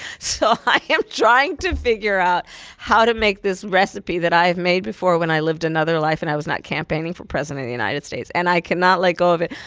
so i am trying to figure out how to make this recipe that i've made before when i lived another life and i was not campaigning for president of the united states. and i cannot let go of it.